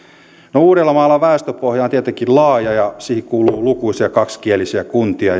no uudellamaalla väestöpohja on tietenkin laaja ja siihen kuuluu lukuisia kaksikielisiä kuntia